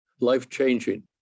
life-changing